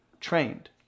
Trained